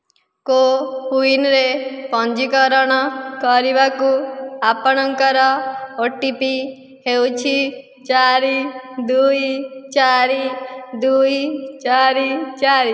କୋ ୱିନ୍ରେ ପଞ୍ଜୀକରଣ କରିବାକୁ ଆପଣଙ୍କର ଓଟିପି ହେଉଛି ଚାରି ଦୁଇ ଚାରି ଦୁଇ ଚାରି ଚାରି